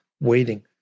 waiting